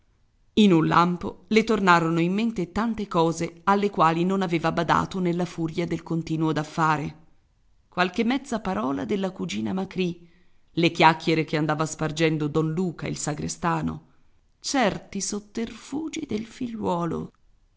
in un lampo le tornarono in mente tante cose alle quali non aveva badato nella furia del continuo da fare qualche mezza parola della cugina macrì le chiacchiere che andava spargendo don luca il sagrestano certi sotterfugi del figliuolo